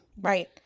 Right